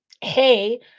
hey